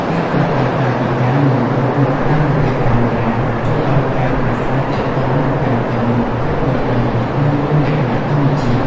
ការប្រើប្រាស់កាយវិការ និងទឹកមុខតាមរយៈកាមេរ៉ា ជួយឱ្យការប្រាស្រ័យទាក់ទងកាន់តែមានភាពយល់ដឹង និងមានលក្ខណៈធម្មជាតិ។